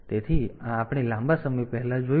તેથી આ આપણે લાંબા સમય પહેલા જોયું છે